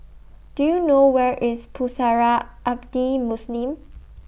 Do YOU know Where IS Pusara Abadi Muslim